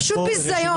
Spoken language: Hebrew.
פשוט ביזיון.